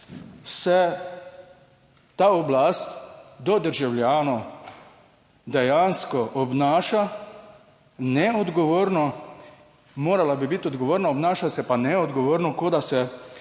se ta oblast do državljanov dejansko obnaša neodgovorno, morala bi biti odgovorna, obnaša se pa neodgovorno, kot da se,